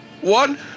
one